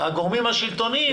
הגורמים השלטוניים,